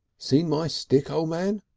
seen my stick, o' man?